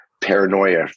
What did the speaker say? paranoia